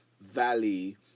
valley